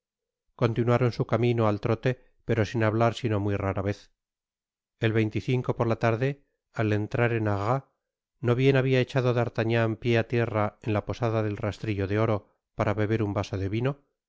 continuaron su camino al trote pero sin hablar sino muy rara vez el por la tarde al entraren arras no bien habia echado d'artagnanpió á tierra en la posada del rastrillo de oro para beber un vaso de vino